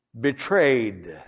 betrayed